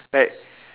like